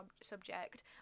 subject